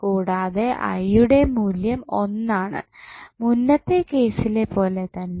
കൂടാതെ ഐ യുടെ മൂല്യം ഒന്നാണ് മുന്നത്തെ കേസിലെ പോലെ തന്നെ